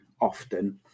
often